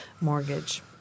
mortgage